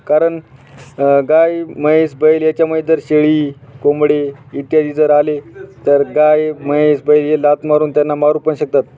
कारण गाय म्हैस बैल याच्यामुळे जर शेळी कोंबडे इत्यादी जर आले तर गाय म्हैस बैल हे लाथ मारून त्यांना मारू पण शकतात